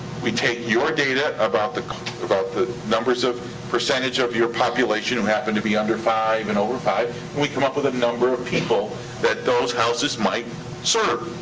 we take your data about the about the numbers of percentage of your population who happen to be under five and over five and we come up with a number of people that those houses might serve.